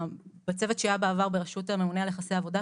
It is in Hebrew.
בצוות שהיה בעבר בראשות הממונה על יחסי עבודה,